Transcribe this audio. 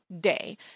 day